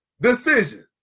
Decision